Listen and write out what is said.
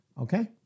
Okay